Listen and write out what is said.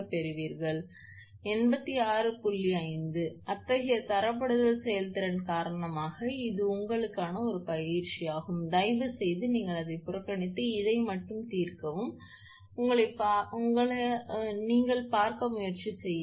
5 அத்தகைய தரப்படுத்தல் செயல்திறன் காரணமாக இது உங்களுக்கான ஒரு பயிற்சியாகும் தயவுசெய்து நீங்கள் அதை புறக்கணித்து இதை மட்டும் தீர்க்கவும் உங்களைப் பார்க்க முயற்சி செய்யவும்